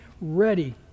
ready